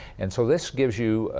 and so this gives you,